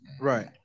Right